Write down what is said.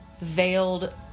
veiled